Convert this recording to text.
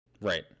Right